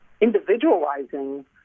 individualizing